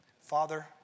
Father